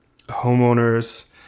homeowners